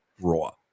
Raw